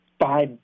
five